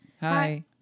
Hi